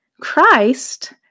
Christ